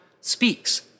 speaks